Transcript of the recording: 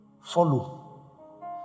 Follow